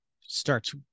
starts